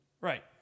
Right